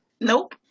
Nope